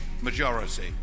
majority